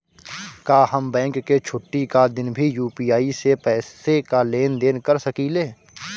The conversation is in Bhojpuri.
का हम बैंक के छुट्टी का दिन भी यू.पी.आई से पैसे का लेनदेन कर सकीले?